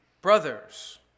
brothers